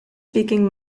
speaking